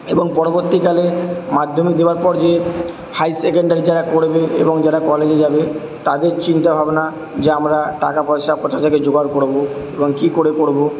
এবং পরবর্তীকালে মাধ্যমিক দেবার পর যে হাই সেকেন্ডারি যারা করবে এবং যারা কলেজে যাবে তাদের চিন্তা ভাবনা যে আমরা টাকা পয়সা কোথা থেকে জোগাড় করবো এবং কি করে করবো